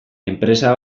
enpresa